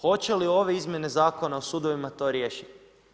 Hoće li ove izmjene Zakona o sudovima to riješiti?